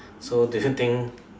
so do you think